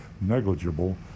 negligible